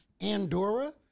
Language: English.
Andorra